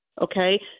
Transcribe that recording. Okay